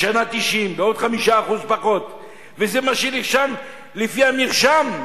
השנה 90% ב-5% פחות, וזה מה שנרשם לפי המרשם.